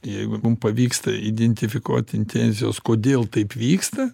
jeigu mum pavyksta identifikuoti intencijos kodėl taip vyksta